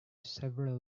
several